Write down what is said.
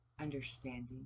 understanding